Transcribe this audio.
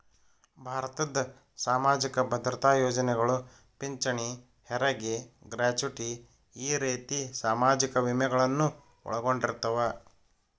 ಭಾರತದ್ ಸಾಮಾಜಿಕ ಭದ್ರತಾ ಯೋಜನೆಗಳು ಪಿಂಚಣಿ ಹೆರಗಿ ಗ್ರಾಚುಟಿ ಈ ರೇತಿ ಸಾಮಾಜಿಕ ವಿಮೆಗಳನ್ನು ಒಳಗೊಂಡಿರ್ತವ